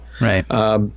Right